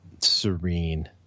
serene